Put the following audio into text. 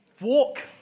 walk